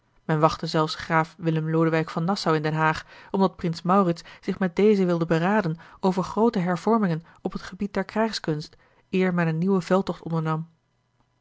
men wachtte zelfs graaf willem lodewijk van nassau in den haag omdat prins maurits zich met dezen wilde beraden over groote hervormingen op het gebied der krijgskunst eer men een nieuwen veldtocht ondernam